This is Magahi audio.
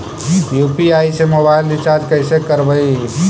यु.पी.आई से मोबाईल रिचार्ज कैसे करबइ?